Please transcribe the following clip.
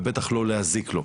בטח לא להזיק לו,